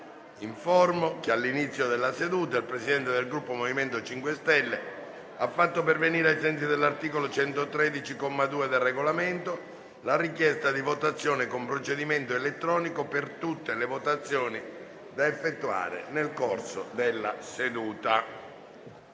che all'inizio della seduta il Presidente del Gruppo MoVimento 5 Stelle ha fatto pervenire, ai sensi dell'articolo 113, comma 2, del Regolamento, la richiesta di votazione con procedimento elettronico per tutte le votazioni da effettuare nel corso della seduta.